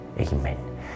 Amen